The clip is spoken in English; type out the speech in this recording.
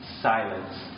silence